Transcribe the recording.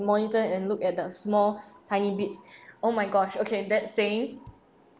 monitor and look at the small tiny bits oh my gosh okay that saying